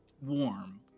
warm